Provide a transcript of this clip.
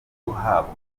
guhabwa